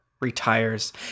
retires